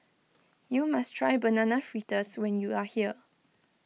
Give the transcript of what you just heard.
you must try Banana Fritters when you are here